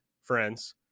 friends